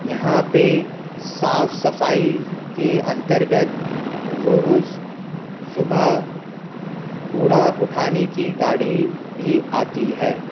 یہاں پہ صاف صفائی کے انترگت روز صبح کوڑا اٹھانے کی گاڑی بھی آتی ہے